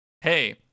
hey